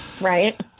right